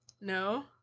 No